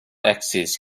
access